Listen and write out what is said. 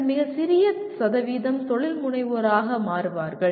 பின்னர் மிகச் சிறிய சதவீதம் தொழில்முனைவோராக மாறுவார்கள்